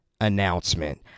Announcement